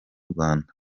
rwanda